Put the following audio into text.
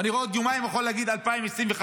ובעוד יומיים אני יכול להגיד 2025,